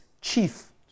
chief